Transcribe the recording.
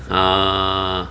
orh